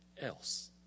else